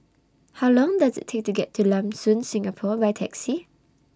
How Long Does IT Take to get to Lam Soon Singapore By Taxi